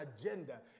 agenda